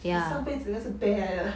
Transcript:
你上辈子是一只 bear 来的